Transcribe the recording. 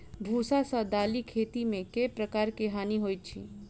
भुआ सँ दालि खेती मे केँ प्रकार केँ हानि होइ अछि?